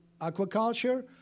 aquaculture